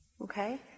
okay